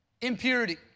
impurity